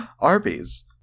Arby's